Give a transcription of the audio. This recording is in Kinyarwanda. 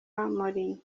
mourinho